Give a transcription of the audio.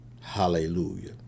Hallelujah